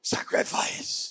Sacrifice